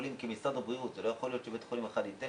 החולים כי לא יכול להיות שבית חולים אחד כן יאפשר